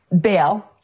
bail